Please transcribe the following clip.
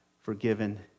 forgiven